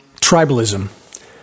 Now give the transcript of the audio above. tribalism